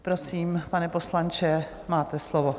Prosím, pane poslanče, máte slovo.